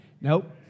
nope